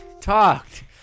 talked